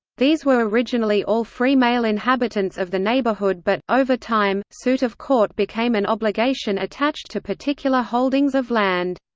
these were originally all free male inhabitants of the neighbourhood but, over time, suit of court became an obligation attached to particular holdings of land.